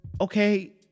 okay